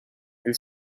and